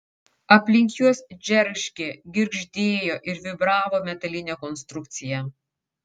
aplink juos džeržgė girgždėjo ir vibravo metalinė konstrukcija